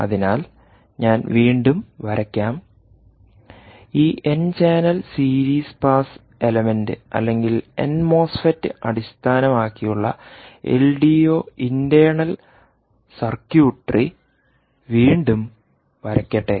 അതിനാൽ ഞാൻ വീണ്ടും വരയ്ക്കാം ഈ N channel series pass element അല്ലെങ്കിൽ എൻ മോസ്ഫെറ്റ് അടിസ്ഥാനമാക്കിയുള്ള എൽഡിഒ ഇന്റേണൽ സർക്യൂട്രി വീണ്ടും വരയ്ക്കട്ടെ